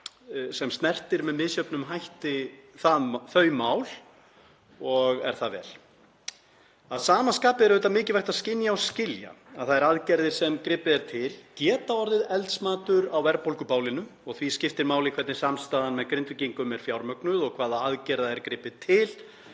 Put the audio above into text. sem snertir með misjöfnum hætti þau mál og er það vel. Að sama skapi er auðvitað mikilvægt að skynja og skilja að þær aðgerðir sem gripið er til geta orðið eldsmatur á verðbólgubálinu og því skiptir máli hvernig samstaðan með Grindvíkingum er fjármögnuð og til hvaða aðgerða er gripið til